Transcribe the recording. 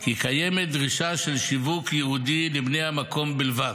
כי קיימת דרישה של שיווק ייעודי לבני המקום בלבד.